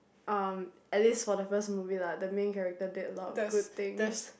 um at least for the first movie lah the main character did a lot of good things